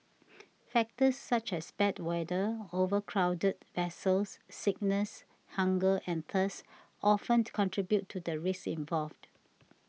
factors such as bad weather overcrowded vessels sickness hunger and thirst often contribute to the risks involved